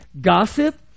gossip